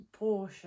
Porsche